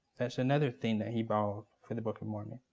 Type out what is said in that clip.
that's another theme that he borrowed for the book of mormon.